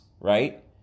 right